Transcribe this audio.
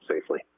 safely